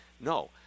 No